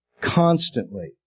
constantly